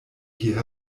hier